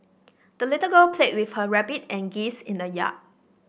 the little girl played with her rabbit and geese in the yard